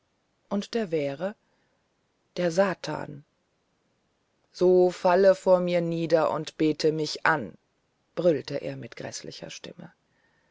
und der wäre der satan so falle vor mir nieder und bete mich an brüllte er mit gräßlicher stimme